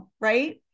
right